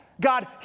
God